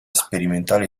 sperimentale